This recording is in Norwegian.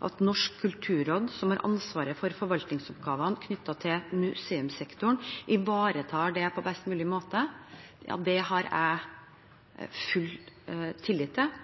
og at Norsk kulturråd, som har ansvaret for forvaltningsoppgavene knyttet til museumssektoren, ivaretar det på best mulig måte. Det har jeg full tillit til,